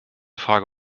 frage